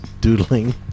doodling